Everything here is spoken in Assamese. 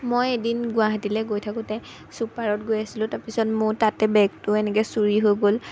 মই এদিন গুৱাহাটীলৈ গৈ থাকোঁতে ছুপাৰত গৈ আছিলোঁ তাৰপিছত মোৰ তাতে বেগটো এনেকৈ চুৰি হৈ গ'ল